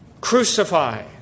Crucify